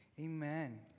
amen